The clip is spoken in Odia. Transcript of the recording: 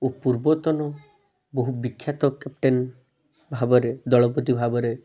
ଓ ପୂର୍ବତନ ବହୁ ବିଖ୍ୟାତ କ୍ୟାପଟେନ୍ ଭାବରେ ଦଳପତି ଭାବରେ